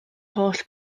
holl